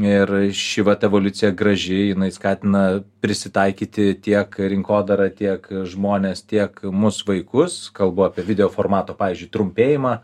ir ši vat evoliucija graži jinai skatina prisitaikyti tiek rinkodarą tiek žmones tiek mus vaikus kalbu apie video formato pavyzdžiui trumpėjimą